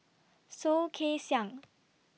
Soh Kay Siang